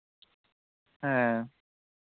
ᱦᱮᱸ